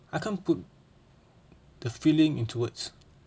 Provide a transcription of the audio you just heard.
I can't put the feeling into words